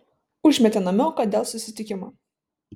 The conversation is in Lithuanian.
užmetė namioką dėl susitikimo